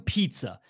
Pizza